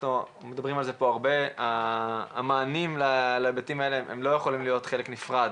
אנחנו מדברים פה הרבה שהמענים להיבטים האלה לא יכולים להיות חלק נפרד